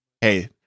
Hey